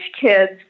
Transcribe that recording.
kids